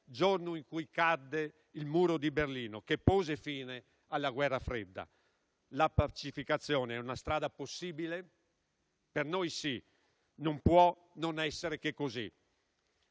giorno in cui cadde il Muro di Berlino, che pose fine alla guerra fredda. La pacificazione è una strada possibile? Per noi sì, non può non essere che così.